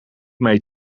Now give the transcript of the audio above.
mee